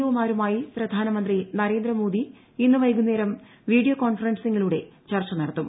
O മാരുമായി പ്രധാനമന്ത്രി നരേന്ദ്രമോദി ഇന്ന് വൈകുന്നേരം വീഡിയോ കോൺഫറൻസിംഗിലൂടെ ചർച്ച നടത്തും